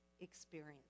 experience